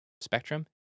spectrum